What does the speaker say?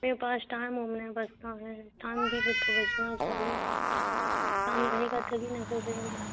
میرے پاس ٹائم اوم نہیں بچتا ہے ٹائم بھی تو بچنا چاہیے ٹائم رہے گا تبھی نا